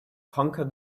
conquer